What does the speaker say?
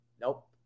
Nope